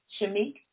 Shamik